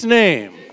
name